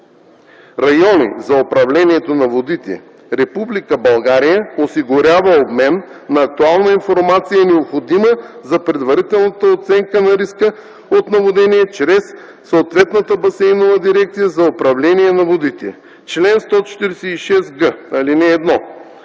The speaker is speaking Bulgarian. райони за управление на водите Република България осигурява обмен на актуална информация, необходима за предварителната оценка на риска от наводнения, чрез съответната басейнова дирекция за управление на водите. Чл. 146г. (1)